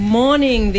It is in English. morning